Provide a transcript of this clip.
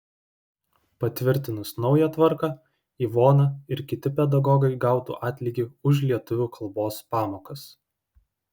patvirtinus naują tvarką ivona ir kiti pedagogai gautų atlygį už lietuvių kalbos pamokas